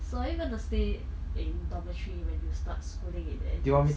so are you going to stay in dormitory when you start schooling in N_U_S